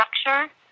structure